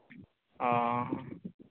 ᱚ